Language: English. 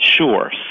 Sure